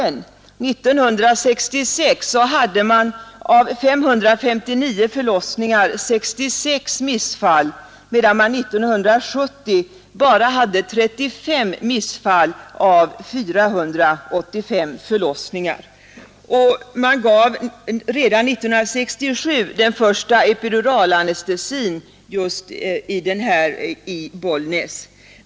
1966 hade man på 559 förlossningar 66 missfall, medan man 1970 bara hade 35 missfall på 485 förlossningar. Och man gav redan 1967 den första epiduralanestesin i Bollnäs.